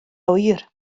oer